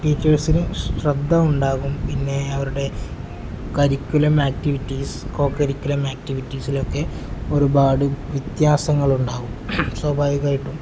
ടീച്ചേഴ്സിന് ശ്രദ്ധ ഉണ്ടാകും പിന്നെ അവരുടെ കരിക്കുലം ആക്ടിവിറ്റീസ് കോകരിക്കുലം ആക്ടിവിറ്റീസിലൊക്കെ ഒരുപാട് വ്യത്യാസങ്ങളുണ്ടാവും സ്വാഭാവികമായിട്ടും